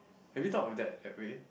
have you thought of that that way